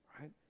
right